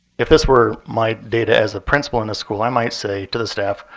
if this were my data as a principal in the school, i might say to the staff,